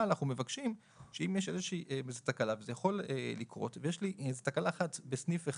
אבל אנחנו מבקשים שאם יש איזושהי תקלה וזה יכול לקרות בסניף אחד,